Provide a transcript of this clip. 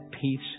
peace